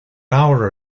hour